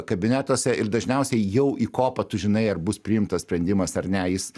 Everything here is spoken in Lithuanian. kabinetuose ir dažniausiai jau į kopą tu žinai ar bus priimtas sprendimas ar ne jis